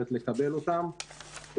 זאת,